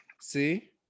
See